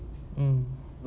mm